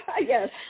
Yes